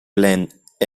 length